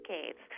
decades